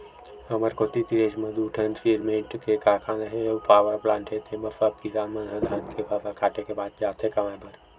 हमर कोती तीरेच म दू ठीन सिरमेंट के कारखाना हे अउ पावरप्लांट हे तेंमा सब किसान मन ह धान के फसल काटे के बाद जाथे कमाए बर